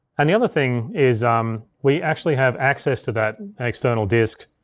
and the other thing is um we actually have access to that external disk